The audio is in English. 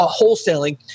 wholesaling